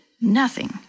Nothing